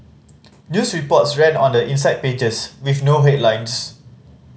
news reports runs on the inside pages with no headlines